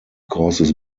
causes